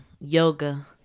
yoga